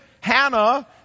Hannah